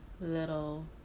little